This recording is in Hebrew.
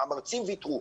המרצים ויתרו.